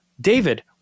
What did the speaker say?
David